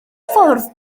ffordd